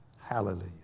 Hallelujah